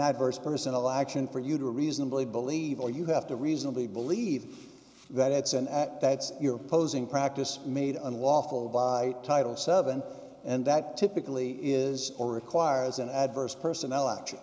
adverse personal action for you to reasonably believe all you have to reasonably believe that it's an act that's posing practice made unlawful by title seven and that typically is or requires an adverse personnel act